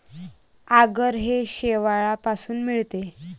आगर हे शेवाळापासून मिळते